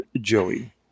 Joey